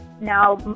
Now